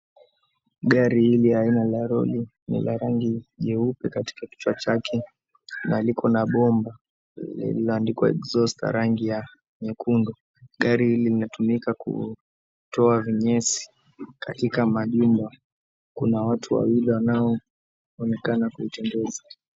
Gari hili aina ya lori lina rangi nyeupe katika kichwa chake na liko na bomba lililoandikwa Exhauster, rangi ya nyekundu. Gari hili linatumika kutoa vinyesi katika majumba. Kuna watu wawili wanaoonekana kuitembeza.